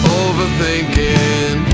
overthinking